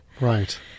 Right